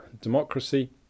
democracy